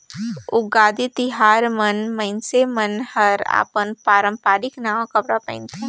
उगादी तिहार मन मइनसे मन हर अपन पारंपरिक नवा कपड़ा पहिनथे